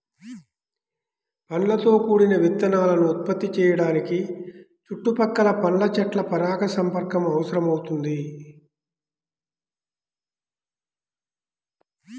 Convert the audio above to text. పండ్లతో కూడిన విత్తనాలను ఉత్పత్తి చేయడానికి చుట్టుపక్కల పండ్ల చెట్ల పరాగసంపర్కం అవసరమవుతుంది